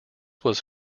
was